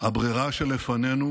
הברירה שלפנינו